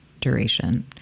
duration